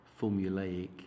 formulaic